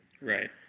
Right